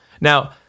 Now